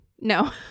No